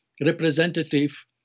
representative